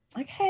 Okay